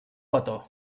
petó